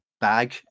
bag